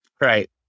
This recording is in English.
right